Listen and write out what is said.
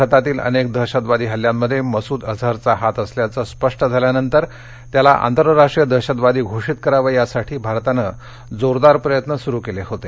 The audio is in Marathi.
भारतातील अनेक दहशतवादी हल्ल्यांमध्ये मसूद अजहरचा हात असल्याचं स्पष्ट झाल्यानंतर त्याला आंतरराष्ट्रीय दहशतवादी घोषित करावं यासाठी भारतानं जोरदार प्रयत्न सुरू केले होते